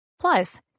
Plus